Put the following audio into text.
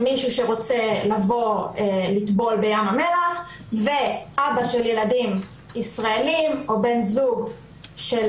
מישהו שרוצה לבוא ולטבול בים המלח ואבא של ילדים ישראלים או בן זוג של